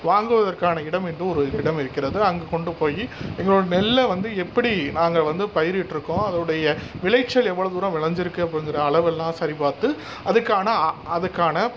வாங்குவதற்கான இடம் என்று ஒரு இடம் இருக்கிறது அங்கு கொண்டு போய் எங்களோடய நெல்லை வந்து எப்படி நாங்கள் வந்து பயிரிட்டிருக்கோம் அதோடைய விளைச்சல் எவ்வளோ தூரம் விளைஞ்சிருக்குது அப்படிங்கிற அளவெல்லாம் சரி பார்த்து அதுக்கான அதுக்கான